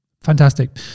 Fantastic